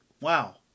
wow